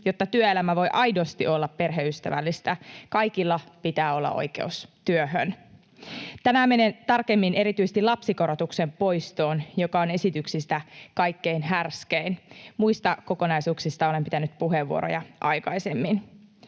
jotta työelämä voi aidosti olla perheystävällistä. Kaikilla pitää olla oikeus työhön. Tänään menen tarkemmin erityisesti lapsikorotuksen poistoon, joka on esityksistä kaikkein härskein. Muista kokonaisuuksista olen pitänyt puheenvuoroja aikaisemmin.